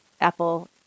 Apple